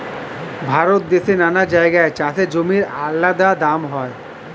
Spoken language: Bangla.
ভারত দেশের নানা জায়গায় চাষের জমির আলাদা দাম হয়